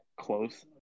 close